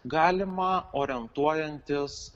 galimą orientuojantis